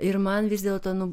ir man vis dėlto nu